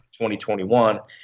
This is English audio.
2021